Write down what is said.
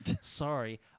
sorry